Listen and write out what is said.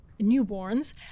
newborns